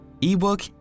ebook